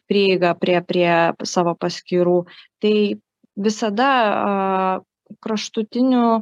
prieigą prie prie savo paskyrų tai visada kraštutinių